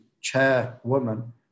chairwoman